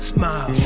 Smile